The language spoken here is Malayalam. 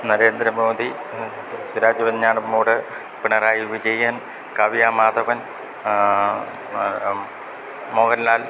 നരേന്ദ്രമോദി സുരാജ് വെഞ്ഞാറമ്മൂട് പിണറായി വിജയൻ കാവ്യാ മാധവൻ മോഹൻലാൽ